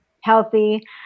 healthy